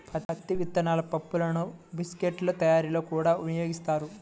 పత్తి విత్తనాల పప్పులను బిస్కెట్ల తయారీలో కూడా వినియోగిస్తారు